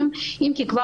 עם ככל